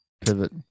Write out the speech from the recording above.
pivot